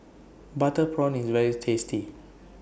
Butter Prawns IS very tasty